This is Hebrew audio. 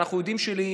אנחנו יודעים שיש